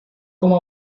como